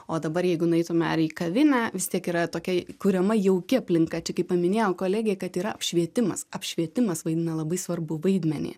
o dabar jeigu nueitumėme ar į kavinę vis tiek yra tokia kuriama jauki aplinka čia kaip paminėjo kolegė kad yra švietimas apšvietimas vaidina labai svarbų vaidmenį